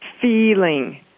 feeling